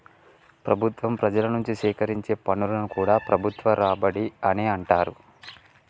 ప్రభుత్వం ప్రజల నుంచి సేకరించే పన్నులను కూడా ప్రభుత్వ రాబడి అనే అంటరు